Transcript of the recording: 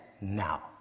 now